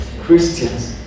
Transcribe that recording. Christians